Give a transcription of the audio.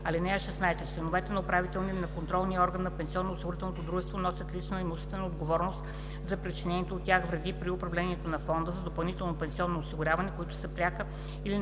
(16) Членовете на управителния или на контролния орган на пенсионноосигурителното дружество носят лична имуществена отговорност за причинените от тях вреди при управлението на фонда за допълнително пенсионно осигуряване, които са пряка и непосредствена